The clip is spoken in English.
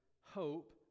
hope